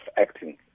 acting